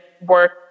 work